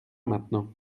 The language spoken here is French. maintenant